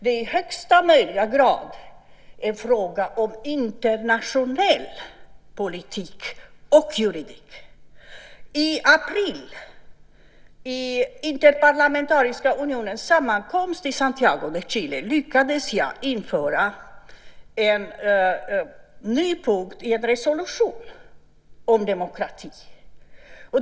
Det är i allra högsta grad en fråga om internationell politik och juridik. I april vid Interparlamentariska unionens sammankomst i Santiago de Chile lyckades jag införa en ny punkt i en resolution om demokrati.